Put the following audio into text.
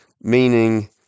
meaning